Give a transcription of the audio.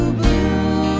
blue